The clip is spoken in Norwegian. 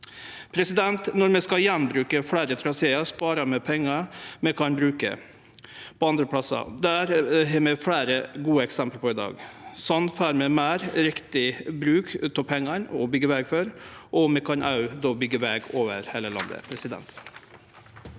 Når vi skal gjenbruke fleire trasear, sparar vi pengar som vi kan bruke andre plassar. Dette har vi fleire gode eksempel på i dag. Sånn får vi meir riktig bruk av pengane å byggje veg for, og vi kan òg byggje veg over heile landet.